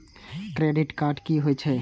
Credit card की होई छै?